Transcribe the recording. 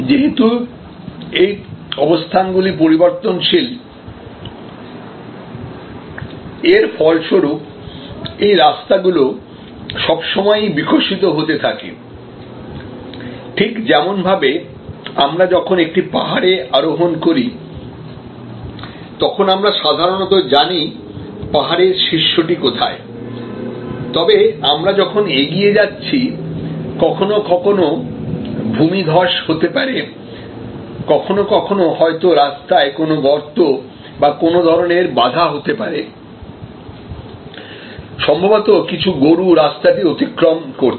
যেহেতু এই অবস্থানগুলি পরিবর্তনশীল এর ফলস্বরূপ এই রাস্তা গুলো সবসময়ই বিকশিত হতে থাকে ঠিক যেমনভাবে আমরা যখন একটি পাহাড়ে আরোহণ করি তখন আমরা সাধারণত জানি পাহাড়ের শীর্ষটি কোথায় তবে আমরা যখন এগিয়ে যাচ্ছি কখনও কখনও ভূমিধস হতে পারে কখনও কখনও হয়ত রাস্তায় কোন গর্ত বা কোনো ধরনের বাধা হতে পারে সম্ভবত কিছু গরু রাস্তাটি অতিক্রম করছে